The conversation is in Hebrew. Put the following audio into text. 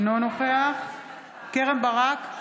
אינו נוכח קרן ברק,